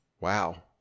Wow